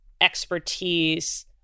expertise